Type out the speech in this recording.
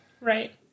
Right